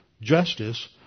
justice